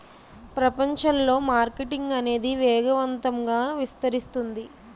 ప్రపంచంలో మార్కెటింగ్ అనేది వేగవంతంగా విస్తరిస్తుంది